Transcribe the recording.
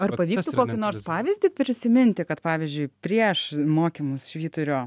ar pavyktų kokį nors pavyzdį prisiminti kad pavyzdžiui prieš mokymus švyturio